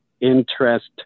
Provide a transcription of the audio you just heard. interest